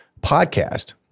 podcast